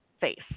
face